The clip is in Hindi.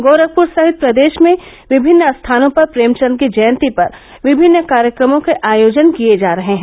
गोरखपुर सहित प्रदेश में विभिन्न स्थानों पर प्रेमचन्द की जयंती पर विभिन्न कार्यक्रमों के आयोजन किए जा रहे हैं